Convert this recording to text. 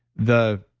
the